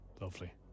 Lovely